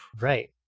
Right